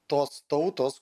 tos tautos